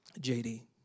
JD